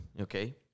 okay